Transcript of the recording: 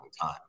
time